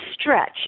stretch